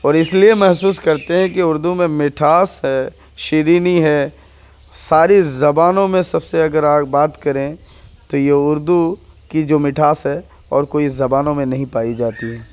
اور اس لیے محسوس کرتے ہیں کہ اردو میں مٹھاس ہے شیرینی ہے ساری زبانوں میں سب سے اگر آپ بات کریں تو یہ اردو کی جو مٹھاس ہے اور کوئی زبانوں میں نہیں پائی جاتی ہے